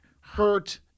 hurt